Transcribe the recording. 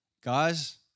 guys